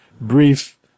brief